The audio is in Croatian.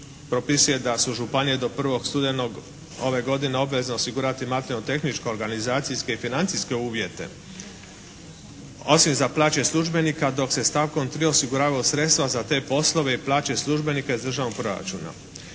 propisuje da su županije do 1. studenog ove godine obvezne osigurati materijalno-tehničke organizacijske i financijske uvjete. Osim za plaće službenika dok se stavkom 3. osiguravaju sredstva za te poslove i plaće službenika iz Državnog proračuna.